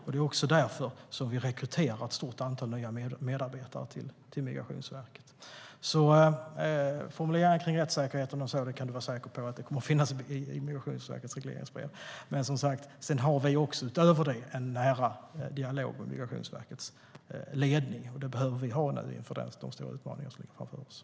Vi har därför rekryterat ett stort antal nya medarbetare till Migrationsverket.